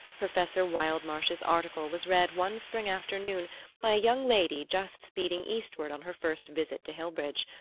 professor wildmarsh's article was read one spring afternoon by a young lady just speeding eastward on her first visit to hillbridge,